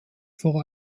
vor